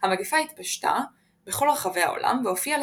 המגפה התפשטה בכל רחבי העולם והופיעה